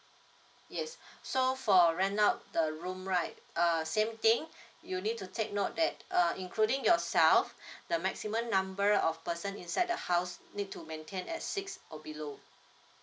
yes so for rent out the room right uh same thing you need to take note that uh including yourself the maximum number of person inside the house need to maintain at six or below